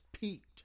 peaked